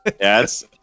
yes